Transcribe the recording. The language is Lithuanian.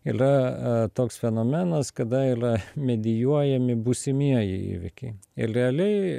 ylia a toks fenomenas kada ylia medijuojami būsimieji įvykiai il realiai